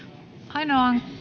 ainoaan